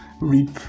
reap